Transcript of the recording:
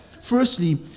firstly